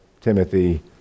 Timothy